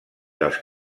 dels